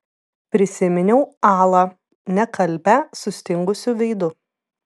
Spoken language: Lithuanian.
prisiminiau alą nekalbią sustingusiu veidu